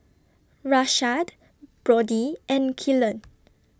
Rashad Brodie and Kylan